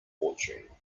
fortune